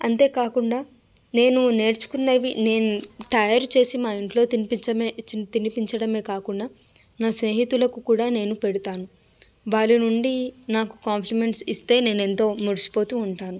అంతేకాకుండా నేను నేర్చుకున్నవి నేను తయారు చేసి మా ఇంట్లో తినిపించడమే తినిపించడమే కాకుండా నా స్నేహితులకు కూడా నేను పెడతాను వారి నుండి నాకు కాంప్లిమెంట్స్ ఇస్తే నేను ఎంతో మురిసిపోతూ ఉంటాను